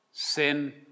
Sin